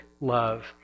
Love